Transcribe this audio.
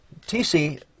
TC